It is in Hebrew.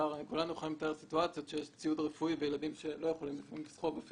כולנו חיים את הסיטואציות שיש ציוד רפואי וילדים שלא יכולים לסחוב אותו.